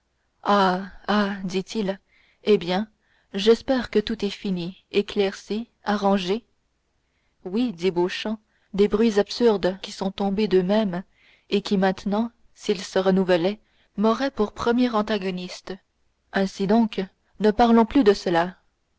ah dit-il eh bien j'espère que tout est fini éclairci arrangé oui dit beauchamp des bruits absurdes qui sont tombés d'eux-mêmes et qui maintenant s'ils se renouvelaient m'auraient pour premier antagoniste ainsi donc ne parlons plus de cela